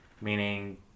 meaning